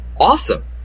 awesome